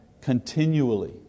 continually